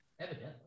Evidently